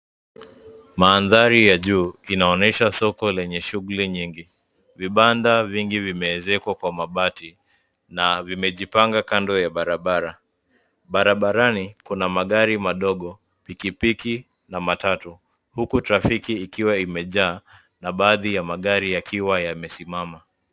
Maandhari ya juu inaonyesha soko lenye shughuli nyingi, vibanda vingi vimeezekwa kwa mabati, na vimejipanga kando ya barabara. Barabarani, kuna magari madogo, pikipiki, na matatu, huku trafiki ikiwa imejaa, na baadhi ya magari yakiwa yamesimama.